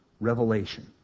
revelation